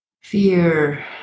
fear